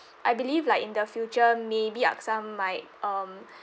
I believe like in the future maybe AXA might um